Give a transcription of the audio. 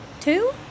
Two